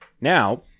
Now